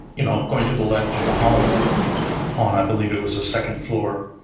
you know going to the left in the hallway on, i believe it was the second floor,